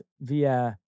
via